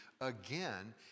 again